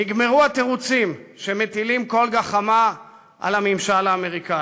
נגמרו התירוצים שמטילים כל גחמה על הממשל האמריקני.